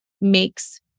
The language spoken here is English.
makes